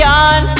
on